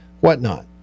whatnot